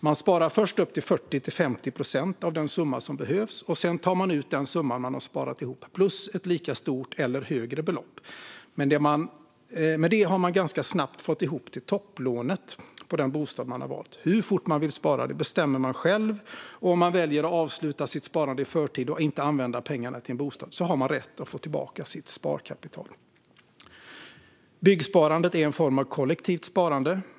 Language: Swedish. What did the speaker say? Man sparar först upp till 40-50 procent av den summa som behövs, och sedan tar man ut den summa man har sparat ihop plus ett lika stort eller högre belopp. Därmed har man ganska snabbt fått ihop till topplånet till den bostad man har valt. Hur fort man vill spara bestämmer man själv. Och om man väljer att avsluta sitt sparande i förtid och inte använda pengarna till en bostad har man rätt att få tillbaka sitt sparkapital. Byggsparandet är en form av kollektivt sparande.